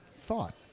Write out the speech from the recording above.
thought